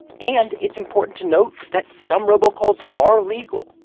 and it's important to know that some robocalls are legal.